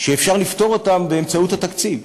שאפשר לפתור אותן באמצעות התקציב.